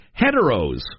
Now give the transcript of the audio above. Heteros